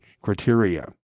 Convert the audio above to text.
criteria